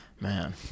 man